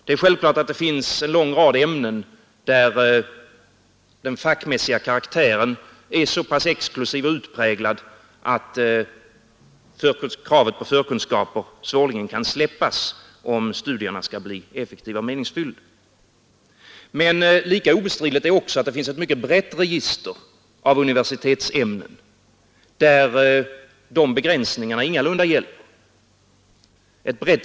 Det är självklart att det finns en lång rad ämnen som har en så exklusiv och utpräglat fackmässig karaktär att kravet på förkunskaper svårligen kan släppas, om studierna skall bli effektiva och meningsfyllda. Men lika ostridigt är att det finns ett mycket brett register av universitetsämnen, där sådana begränsningar ingalunda gäller.